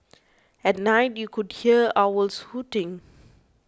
at night you could hear owls hooting